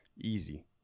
easy